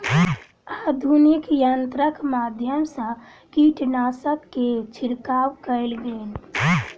आधुनिक यंत्रक माध्यम सँ कीटनाशक के छिड़काव कएल गेल